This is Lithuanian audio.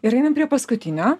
ir einam prie paskutinio